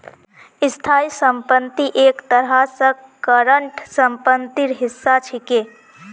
स्थाई संपत्ति एक तरह स करंट सम्पत्तिर हिस्सा छिके